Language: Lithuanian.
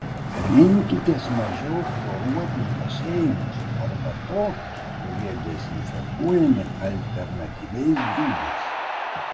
rinkitės mažiau chloruotus baseinus arba tokius kurie dezinfekuojami alternatyviais būdais